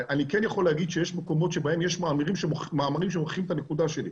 אני כן יכול להגיד שיש מקומות שבהם יש מאמרים שמוכיחים את הנקודה שלי,